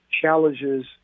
challenges